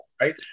Right